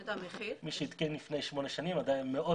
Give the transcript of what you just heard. מי שהתקין לפני שמונה שנים עדיין מאוד